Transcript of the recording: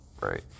right